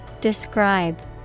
Describe